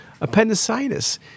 Appendicitis